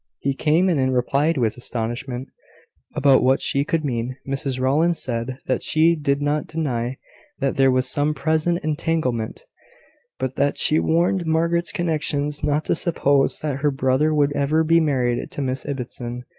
he came and in reply to his astonishment about what she could mean, mrs rowland said that she did not deny that there was some present entanglement but that she warned margaret's connections not to suppose that her brother would ever be married to miss ibbotson.